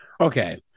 Okay